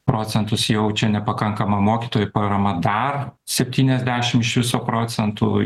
procentus jaučia nepakankama mokytojų parama dar septyniasdešim iš viso procentų